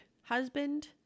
husband